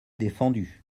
défendu